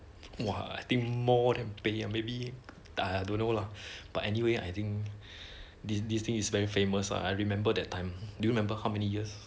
!wah! I think more than pay uh maybe I don't know lah but anyway I think this this thing is very famous ah I remember that time do you remember how many years